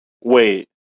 Wait